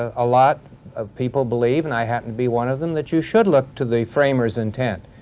a lot of people believe, and i happen to be one of them, that you should look to the framers' intent.